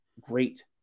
great